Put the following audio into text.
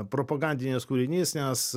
propagandinis kūrinys nes